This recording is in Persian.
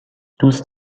دوست